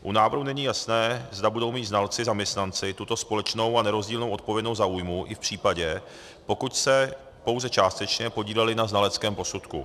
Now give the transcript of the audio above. U návrhu není jasné, zda budou mít znalcizaměstnanci tuto společnou a nerozdílnou odpovědnost za újmu i v případě, pokud se částečně podíleli na znaleckém posudku.